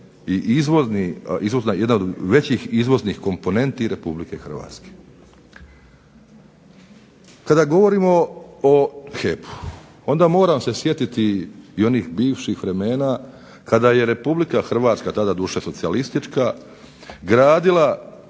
jedna od većih izvoznih komponenti Republike Hrvatske. Kada govorimo o HEP-u, onda moram se sjetiti i onih bivših vremena kada je Republika Hrvatska, tada doduše socijalistička gradila